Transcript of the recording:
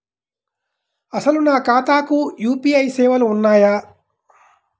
అసలు నా ఖాతాకు యూ.పీ.ఐ సేవలు ఉన్నాయా?